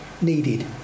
needed